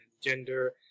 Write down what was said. gender